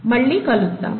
మళ్ళీ కలుద్దాము